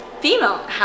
female